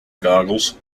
goggles